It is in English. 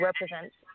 represents